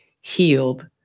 healed